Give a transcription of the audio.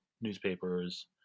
newspapers